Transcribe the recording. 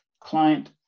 client